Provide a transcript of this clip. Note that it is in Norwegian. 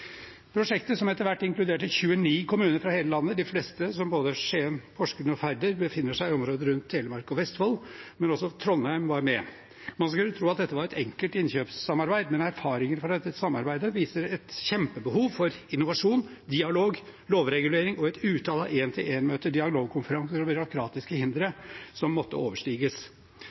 etter hvert 29 kommuner fra hele landet. De fleste – som Skien, Porsgrunn og Færder – befant seg i området rundt Telemark og Vestfold, men også Trondheim var med. Man skulle tro at dette var et enkelt innkjøpssamarbeid, men erfaringer fra dette samarbeidet viser et kjempebehov for innovasjon, dialog, lovregulering og et utall av én-til-én-møter, dialogkonferanser og byråkratiske hindre som måtte overstiges.